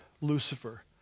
Lucifer